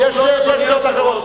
אלה העובדות,